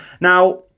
Now